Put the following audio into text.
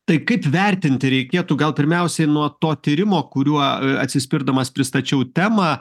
tai kaip vertinti reikėtų gal pirmiausiai nuo to tyrimo kuriuo atsispirdamas pristačiau temą